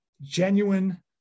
genuine